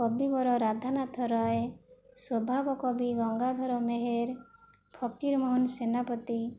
କବିବର ରାଧାନାଥ ରାଏ ସ୍ୱଭାବକବି ଗଙ୍ଗାଧର ମେହେର ଫକିର ମୋହନ ସେନାପତି